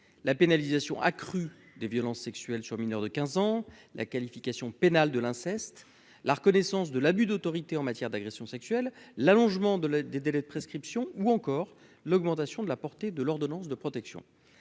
la pénalisation accrue des violences sexuelles sur mineurs de 15 ans la qualification pénale de l'inceste, la reconnaissance de l'abus d'autorité en matière d'agression sexuelle, l'allongement de la des délais de prescription ou encore l'augmentation de la portée de l'ordonnance de protection